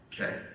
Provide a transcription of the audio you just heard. Okay